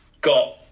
got